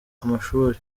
amashuri